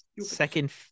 second